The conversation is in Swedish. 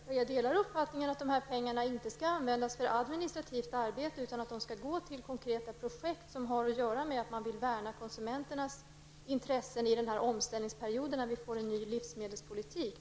Fru talman! Jag delar uppfattningen att dessa pengar inte skall användas för administrativt arbete utan skall gå till konkreta projekt, som syftar till att värna om konsumenternas intressen under den omställningsperiod när vi får en ny livsmedelspolitik.